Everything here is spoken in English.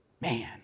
Man